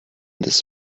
this